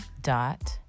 dot